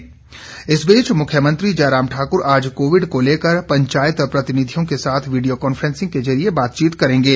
मुख्यमंत्री इस बीच मुख्यमंत्री जयराम ठाकुर आज कोविड को लेकर पंचायत प्रतिनिधियों के साथ वीडियो कॉन्फ्रेंसिंग के जरिए बातचीत करेंगे